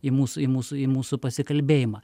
į mūsų į mūsų į mūsų pasikalbėjimą